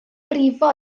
brifo